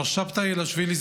מר שבתאי אלאשווילי,